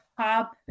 top